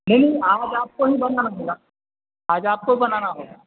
نہیں نہیں آج آپ کو ہی بنانا ہوگا آج آپ کو بنانا ہوگا